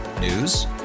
News